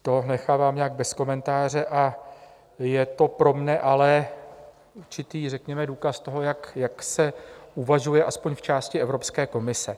To nechávám nějak bez komentáře, je to pro mě ale určitý řekněme důkaz toho, jak se uvažuje aspoň v části Evropské komise.